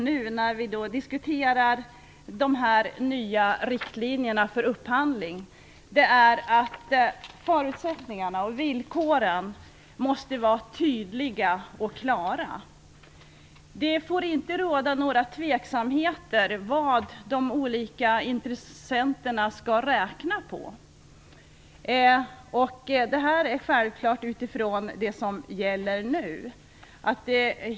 När vi diskuterar de nya riktlinjerna för upphandling sägs det att förutsättningarna och villkoren måste vara tydliga och klara. Det får inte råda någon osäkerhet kring vad de olika intressenterna skall räkna på. Det här är självklart utifrån det som gäller nu.